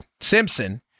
Simpson